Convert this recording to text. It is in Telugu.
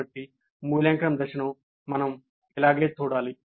కాబట్టి మూల్యాంకన దశను మనం ఇలాగే చూడాలి